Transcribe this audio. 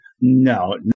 No